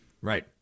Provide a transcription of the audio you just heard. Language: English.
Right